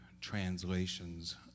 translations